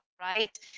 right